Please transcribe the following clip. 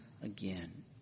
Again